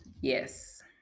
yes